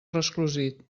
resclosit